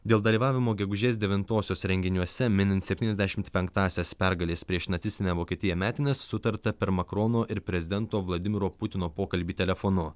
dėl dalyvavimo gegužės devintosios renginiuose minint septyniasdešimt penktąsias pergalės prieš nacistinę vokietiją metines sutarta per makrono ir prezidento vladimiro putino pokalbį telefonu